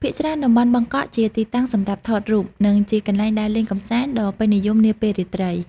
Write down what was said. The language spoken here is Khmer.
ភាគច្រើន តំបន់បឹកកក់ជាទីតាំងសម្រាប់ថតរូប និងជាកន្លែងដើរលេងកម្សាន្តដ៏ពេញនិយមនាពេលរាត្រី។